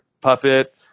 puppet